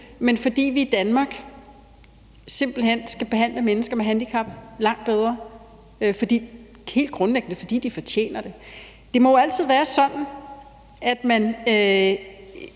men fordi vi i Danmark simpelt hen skal behandle mennesker med handicap langt bedre, og det er helt grundlæggende, fordi de fortjener det. Hvis mennesker mangler